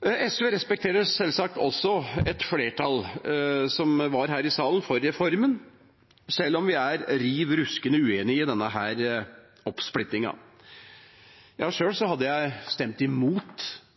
SV respekterer også selvsagt et flertall som var her i salen for reformen, selv om vi er riv ruskende uenig i denne oppsplittinga. Sjøl hadde jeg stemt imot